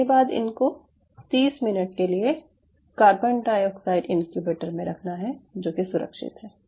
उसके बाद इनको 30 मिनट के लिए कार्बन डाइऑक्साइड इनक्यूबेटर में रखना है जो कि सुरक्षित है